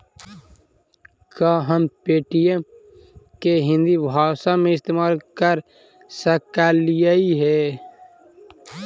का हम पे.टी.एम के हिन्दी भाषा में इस्तेमाल कर सकलियई हे?